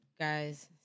guys